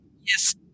Yes